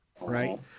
Right